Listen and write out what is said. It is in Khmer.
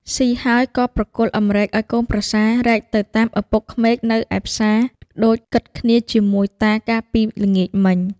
ស៊ីហើយក៏ប្រគល់អំរែកឱ្យកូនប្រសារែកទៅតាមឪពុកក្មេកនៅឯផ្សារ ដូចគិតគ្នាជាមួយតាកាលពីល្ងាចមិញ។